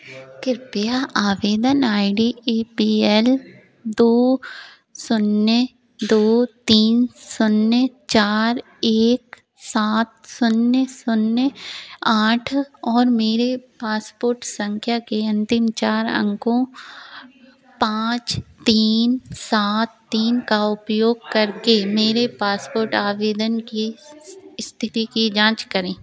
कृपया आवेदन I D E P L दो शून्य दो तीन शून्य चार एक सात शून्य शून्य आठ और मेरे पासपोर्ट संख्या की अन्तिम चार अंकों पांच तीन सात तीन का उपयोग करके मेरे पासपोर्ट आवेदन की स्थिति की जांच करें